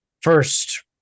first